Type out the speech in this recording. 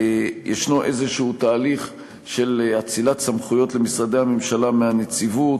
ישנו איזשהו תהליך של אצילת סמכויות למשרדי הממשלה מהנציבות,